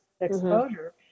exposure